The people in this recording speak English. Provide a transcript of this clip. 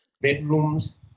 Bedrooms